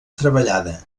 treballada